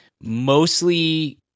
mostly